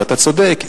ואתה צודק,